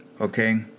okay